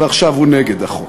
ועכשיו הוא נגד החוק.